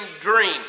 dream